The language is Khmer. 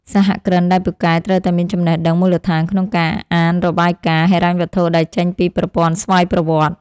សហគ្រិនដែលពូកែត្រូវតែមានចំណេះដឹងមូលដ្ឋានក្នុងការអានរបាយការណ៍ហិរញ្ញវត្ថុដែលចេញពីប្រព័ន្ធស្វ័យប្រវត្តិ។